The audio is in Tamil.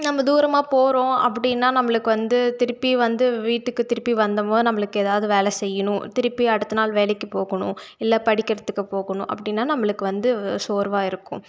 நம்ம தூரமாக போகிறோம் அப்படின்னா நம்மளுக்கு வந்து திருப்பி வந்து வீட்டுக்குத் திருப்பி வந்தம்போது நம்மளுக்கு ஏதாவது வேலை செய்யணும் திருப்பி அடுத்தநாள் வேலைக்குப் போகணும் இல்லை படிக்கிறதுக்கு போகணும் அப்படின்னா நம்மளுக்கு வந்து சோர்வாக இருக்கும்